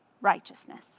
righteousness